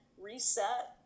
reset